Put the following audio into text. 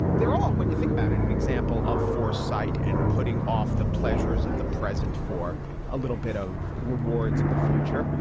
they're all, when you think about it, an example of foresight and putting off the pleasures of the present for a little bit of rewards in the future.